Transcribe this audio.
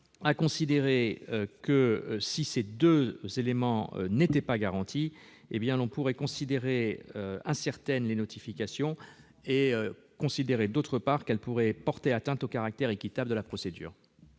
a considéré que si ces deux éléments n'étaient pas garantis, on pourrait considérer, d'une part, que les notifications sont incertaines et, d'autre part, qu'elles pourraient porter atteinte au caractère équitable de la procédure.